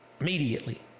Immediately